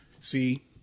See